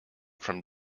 from